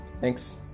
thanks